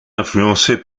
influencé